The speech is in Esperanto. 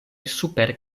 super